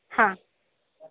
हां